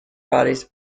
bodies